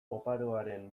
oparoaren